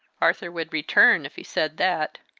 arthur would return, if he said that.